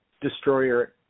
destroyer